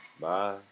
Bye